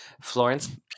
Florence